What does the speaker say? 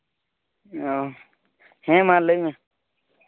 ᱚ ᱦᱮᱸ ᱢᱟ ᱞᱟᱹᱭ ᱢᱮ